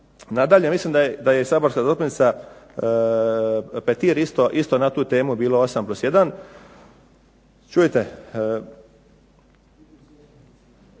Nadalje, mislim da je saborska zastupnica Petir isto na tu temu bilo osam plus jedan. Čujte,